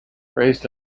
raised